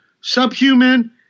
Subhuman